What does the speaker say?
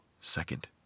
second